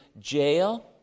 jail